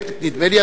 נדמה לי,